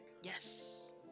yes